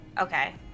okay